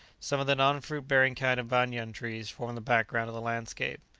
some of the non-fruit-bearing kind of banyan-trees formed the background of the landscape.